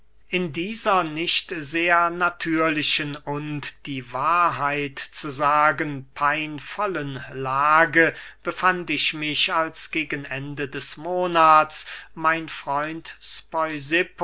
in dieser nicht sehr natürlichen und die wahrheit zu sagen peinvollen lage befand ich mich als gegen ende des monats mein freund